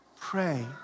Pray